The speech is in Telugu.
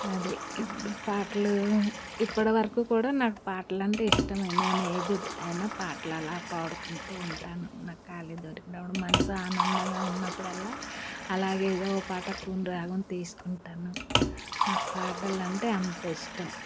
అది ఇప్పుడు పాటలు ఇప్పుడి వరకు కూడా నాకు పాటలంటే ఇష్టమే నేను ఏజ్డ్ అయినా పాటలలా పాడుకుంటూ ఉంటాను నాకు ఖాళీ దొరికినప్పుడు మనసు ఆనందంగా ఉన్నప్పుడల్లా ఆలా ఏదో ఒక పాట కూని రాగం తీసుకుంటాను నాకు పాట నాకు పాటలంటే అంత ఇష్టం